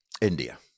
India